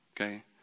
Okay